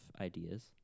ideas